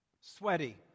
sweaty